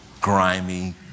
grimy